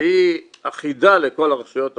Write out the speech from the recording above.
שהיא אחידה לכל הרשויות המקומיות,